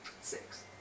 Six